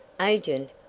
agent,